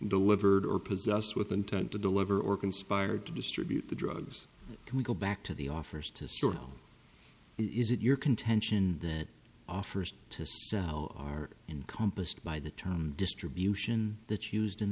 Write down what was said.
delivered or possessed with intent to deliver or conspired to distribute the drugs can we go back to the offers to store is it your contention that offers are encompassed by the term distribution that used in